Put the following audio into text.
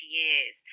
years